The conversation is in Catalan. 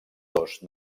dos